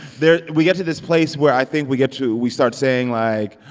there we get to this place where i think we get to we start saying, like,